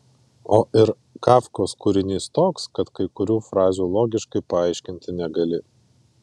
o ir kafkos kūrinys toks kad kai kurių frazių logiškai paaiškinti negali